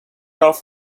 off